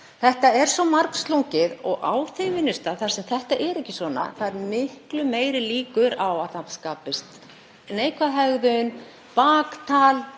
Þetta er svo margslungið. Á þeim vinnustað þar sem þetta er ekki svona eru miklu meiri líkur á að það skapist neikvæð hegðun, baktal,